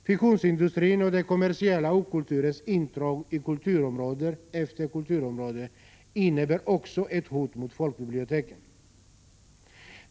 Fiktionsindustrins och den kommersiella okulturens intrång i kulturområde efter kulturområde innebär också ett hot mot folkbiblioteken.